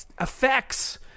effects